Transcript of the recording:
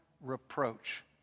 reproach